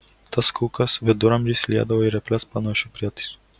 tas kulkas viduramžiais liedavo į reples panašiu prietaisu